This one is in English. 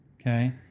Okay